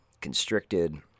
constricted